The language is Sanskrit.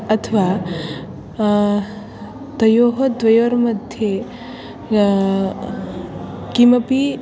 अथवा तयोः द्वयोर्मध्ये किमपि